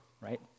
right